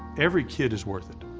every kid is worth it.